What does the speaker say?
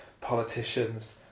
politicians